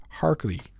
Harkley